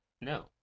no